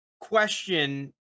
question